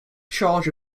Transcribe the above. charge